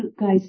Guys